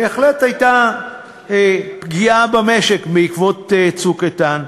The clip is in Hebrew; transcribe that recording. בהחלט הייתה פגיעה במשק בעקבות "צוק איתן",